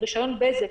מרישיון "בזק",